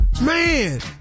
Man